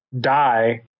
die